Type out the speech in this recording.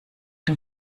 dem